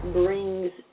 brings